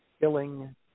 killing